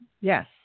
Yes